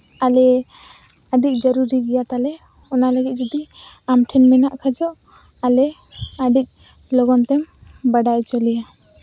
ᱟᱞᱮ ᱟᱹᱰᱤ ᱡᱟᱹᱨᱩᱨᱤ ᱜᱮᱭᱟ ᱛᱟᱞᱮ ᱚᱱᱟ ᱞᱟᱹᱜᱤᱫ ᱡᱩᱫᱤ ᱟᱢ ᱴᱷᱮᱱ ᱢᱮᱱᱟᱜ ᱠᱷᱟᱡ ᱫᱚ ᱟᱞᱮ ᱟᱹᱰᱤ ᱞᱚᱜᱚᱱ ᱛᱮᱢ ᱵᱟᱰᱟᱭ ᱚᱪᱚ ᱞᱮᱭᱟ